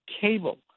cable